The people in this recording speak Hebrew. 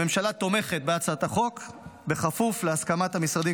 הממשלה תומכת בהצעת החוק בכפוף להסכמת המשרדים,